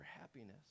happiness